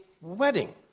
wedding